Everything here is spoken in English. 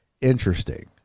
Interesting